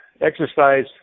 exercise